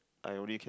I only can